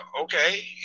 okay